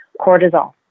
cortisol